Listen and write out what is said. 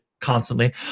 constantly